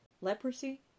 Leprosy